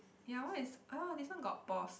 ya why is this one got pause